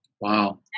Wow